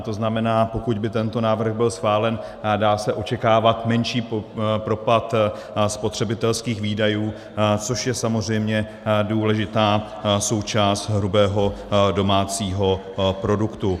To znamená, pokud by tento návrh byl schválen, dá se očekávat menší propad spotřebitelských výdajů, což je samozřejmě důležitá součást hrubého domácího produktu.